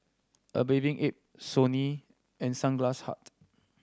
A Bathing Ape Sony and Sunglass Hut